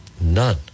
none